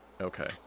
Okay